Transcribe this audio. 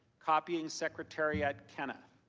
copying secretary ed kenneth.